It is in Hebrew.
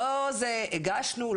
הגשנו,